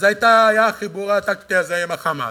אז היה החיבור הטקטי הזה עם ה"חמאס",